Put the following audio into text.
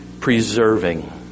preserving